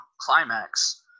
climax